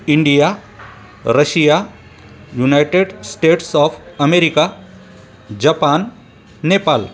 India Russia United States of America Japan Nepal